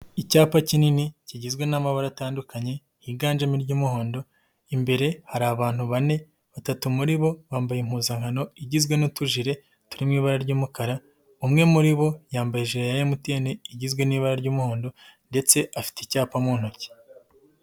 Icyapa kinini kigizwe n'amabara atandukanye yiganjemo iry'umuhondo, imbere hari abantu bane, batatu muri bo bambaye impuzankano igizwe n'utujire turi mu ibara ry'umukara, umwe muri bo yambaye ijire ya MTN igizwe n'ibara ry'umuhondo ndetse afite icyapa mu ntoki.